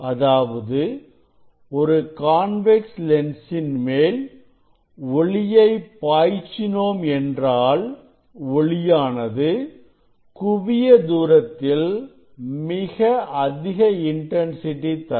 அதாவது ஒரு கான்வெக்ஸ் லென்சின் மேல் ஒளியை பாய்ச்சினோம் என்றால் ஒளியானது குவிய தூரத்தில் மிக அதிக இன்டன்சிட்டி தரும்